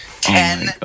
Ten